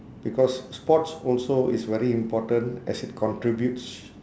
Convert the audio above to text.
because sports also is very important as it contributes